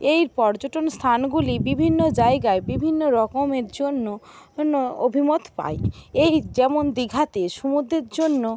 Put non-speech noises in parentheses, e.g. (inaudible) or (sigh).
এই পর্যটন স্থানগুলি বিভিন্ন জায়গায় বিভিন্ন রকমের জন্য (unintelligible) অভিমত পায় এই যেমন দীঘাতে সমুদ্রের জন্য